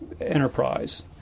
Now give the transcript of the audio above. enterprise